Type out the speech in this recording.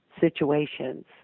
situations